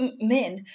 men